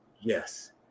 Yes